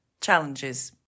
challenges